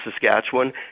Saskatchewan